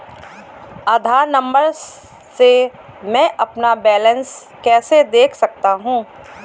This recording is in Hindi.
आधार नंबर से मैं अपना बैलेंस कैसे देख सकता हूँ?